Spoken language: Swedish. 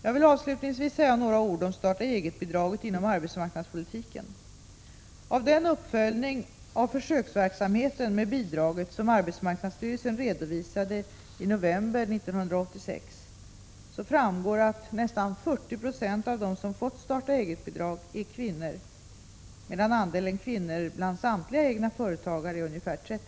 Jag vill avslutningsvis säga några ord om starta-eget-bidraget inom arbetsmarknadspolitiken. Av den uppföljning av försöksverksamheten med bidraget som arbetsmarknadsstyrelsen redovisade i november 1986 framgår — Prot. 1986/87:115 att nästan 40 90 av de som fått starta-eget-bidrag är kvinnor, medan andelen 4 maj 1987 kvinnor bland samtli föret ä fär 30 Ze. Jag fi det vinnor bland samtliga egna företagare är ungefär 0.